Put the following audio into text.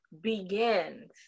begins